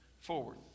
forward